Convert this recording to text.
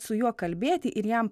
su juo kalbėti ir jam